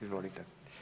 Izvolite.